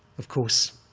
of course,